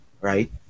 right